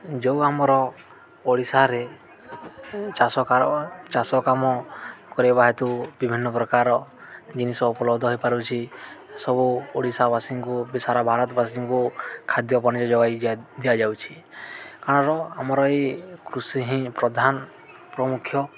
ଯେଉଁ ଆମର ଓଡ଼ିଶାରେ ଚାଷ ଚାଷ କାମ କରିବା ହେତୁ ବିଭିନ୍ନ ପ୍ରକାର ଜିନିଷ ଉପଲବ୍ଧ ହେଇପାରୁଛି ସବୁ ଓଡ଼ିଶାବାସୀଙ୍କୁ ବି ସାରା ଭାରତବାସୀଙ୍କୁ ଖାଦ୍ୟ ଯୋଗାଇ ଦିଆଯାଉଛି କାରଣର ଆମର ଏଇ କୃଷି ହିଁ ପ୍ରଧାନ ପ୍ରମୁଖ୍ୟ